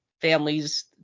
families